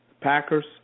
Packers